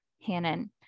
Hannon